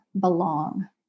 belong